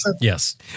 Yes